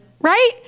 Right